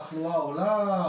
התחלואה עולה,